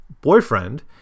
boyfriend